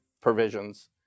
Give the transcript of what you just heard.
provisions